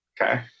Okay